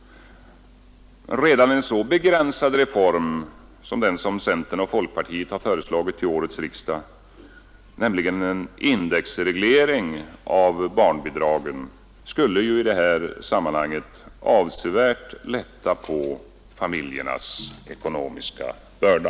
Redan en så begränsad reform som den som centern och folkpartiet föreslagit till årets riksdag, nämligen en indexreglering av barnbidragen, skulle i detta sammanhang avsevärt lätta på barnfamiljernas ekonomiska börda.